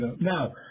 Now